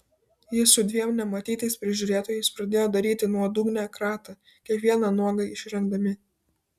jis su dviem nematytais prižiūrėtojais pradėjo daryti nuodugnią kratą kiekvieną nuogai išrengdami